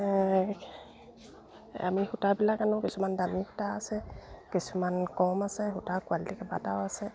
আমি সূতাবিলাক আনোঁ কিছুমান দামী সূতা আছে কিছুমান কম আছে সূতা কোৱালিটি কেইবাটাও আছে